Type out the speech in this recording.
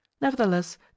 Nevertheless